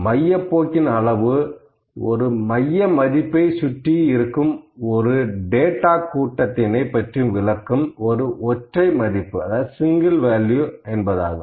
மையப் போக்கின் அளவு ஒரு மைய மதிப்பை சுற்றி இருக்கும் ஒரு டேட்டா கூட்டத்தினை பற்றி விளக்கும் ஒரு ஒற்றை மதிப்பு ஆகும்